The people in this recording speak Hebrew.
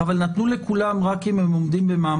רק לשם זה היה חשוב שעשינו את הדיון,